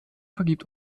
vergibt